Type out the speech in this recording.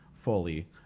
fully